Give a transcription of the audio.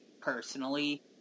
personally